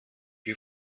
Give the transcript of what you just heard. wie